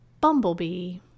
Bumblebee